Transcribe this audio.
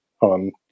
on